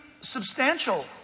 substantial